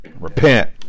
Repent